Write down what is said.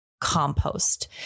compost